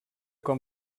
com